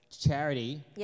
charity